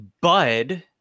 bud